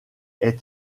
est